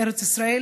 ארץ ישראל